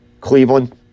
Cleveland